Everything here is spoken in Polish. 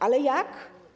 Ale jak?